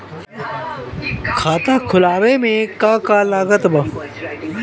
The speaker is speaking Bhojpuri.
खाता खुलावे मे का का लागत बा?